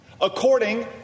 according